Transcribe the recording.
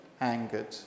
angered